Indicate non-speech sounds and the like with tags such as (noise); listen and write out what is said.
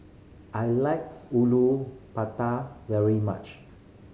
I like (unintelligible) Matar very much